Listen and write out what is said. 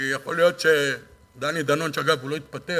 כי יכול להיות שדני דנון שגה והוא לא יתפטר,